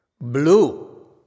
Blue